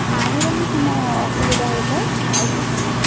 ପାଣିର ହିଁ ଅସୁବିଧା ହୋଇଥାଏ ଆଉ କିଛି ନୁହଁ